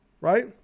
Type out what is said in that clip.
right